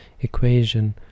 equation